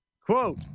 Quote